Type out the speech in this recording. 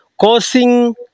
causing